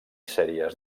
sèries